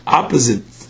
opposite